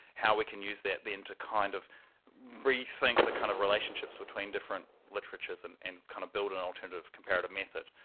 how we can use that then to kind of rethink the kind of relationships between different literatures and and kind of build an alternative comparative method.